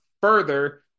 further